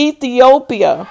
Ethiopia